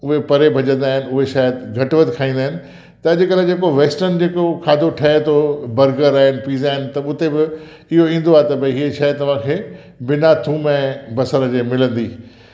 उहे परे भॼंदा आहिनि उहे शायदि घटि वधि खाईंदा आहिनि त अॼुकल्ह जेको वेस्टन जेको खाधो ठहे थो बर्गर आहिनि पीज़ा आहिनि त उते बि इहो ईंदो आहे त भई हीअं शइ तव्हांखे बिना थूम ऐं बसर जे मिलंदी